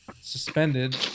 Suspended